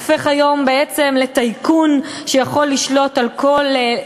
הופך היום בעצם לטייקון שיכול לשלוט על כל,